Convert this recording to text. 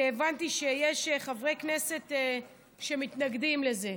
כי הבנתי שיש חברי כנסת שמתנגדים לזה,